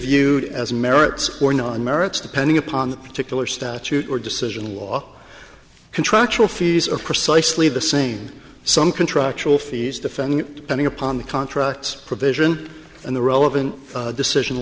viewed as merits or non merits depending upon the tickler statute or decision along contractual fees are precisely the same some contractual fees defending pending upon the contracts provision in the relevant decision